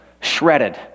shredded